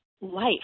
life